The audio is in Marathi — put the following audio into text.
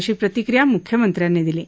अशी प्रतिक्रिया मुख्यमंत्र्यांनी दिली आहे